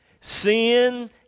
Sin